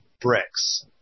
bricks